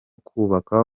kubaka